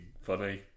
funny